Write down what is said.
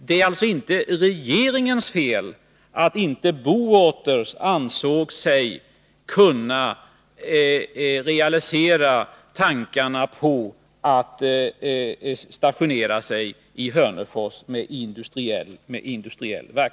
Det är alltså inte regeringens fel att inte Bowater ansåg sig kunna realisera tankarna på att stationera sig i Hörnefors med industriell verksamhet.